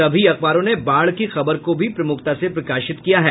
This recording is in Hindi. सभी अखबारों ने बाढ़ की खबर को भी प्रमुखता से प्रकाशित किया है